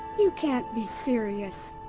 you can't be serious!